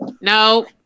No